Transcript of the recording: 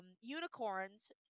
unicorns